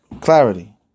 clarity